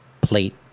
plate